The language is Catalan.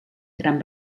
gran